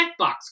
checkbox